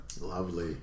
lovely